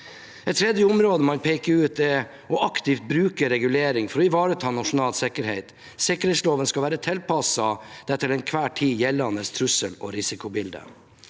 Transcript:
Et tredje område man peker ut, er aktivt å bruke regulering for å ivareta nasjonal sikkerhet. Sikkerhetsloven skal være tilpasset det til enhver tid gjeldende trussel- og risikobildet.